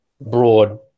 broad